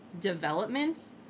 development